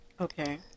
Okay